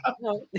No